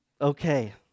Okay